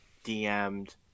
DM'd